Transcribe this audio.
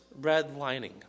redlining